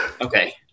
okay